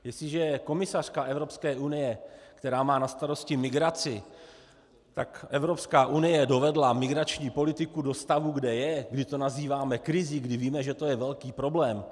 Jestliže je komisařka Evropské unie, která má na starosti migraci, tak Evropská unie dovedla migrační politiku do stavu, kde je, kdy to nazýváme krizí, kdy víme, že to je velký problém.